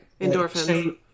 Endorphins